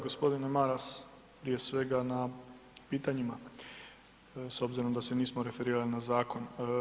Gospodine Maras prije svega na pitanjima s obzirom da se nismo referirali na zakon.